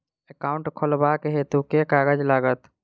Account खोलाबक हेतु केँ कागज लागत?